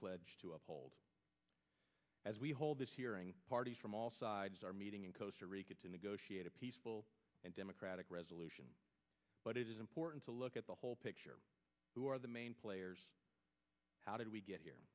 pledged to uphold as we hold this hearing parties from all sides are meeting in coastal rica to negotiate a peaceful and democratic resolution but it is important to look at the whole picture who are the main players how did we get here